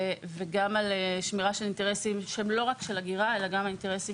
וגם על שמירה של אינטרסים שהם לא רק של הגירה אלא גם האינטרסים